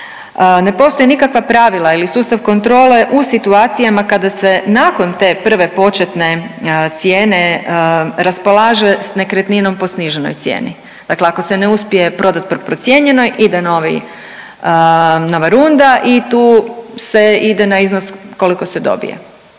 Ne postoje nikakva pravila ili sustav kontrole u situacijama kada se nakon te prve početne cijene raspolaže s nekretninom po sniženoj cijeni. Dakle, ako se ne uspije prodati po procijenjenoj, ide novi, nova runda i tu se ide na iznos koliko se dobije.